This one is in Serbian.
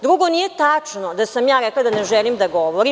Drugo, nije tačno da sam ja rekla da ne želim da govorim.